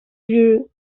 grew